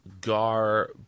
Gar